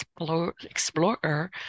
explorer